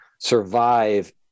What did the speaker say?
survive